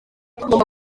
tugomba